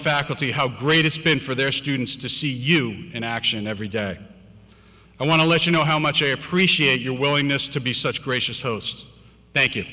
faculty how great it's been for their students to see you in action every day i want to let you know how much i appreciate your willingness to be such gracious host thank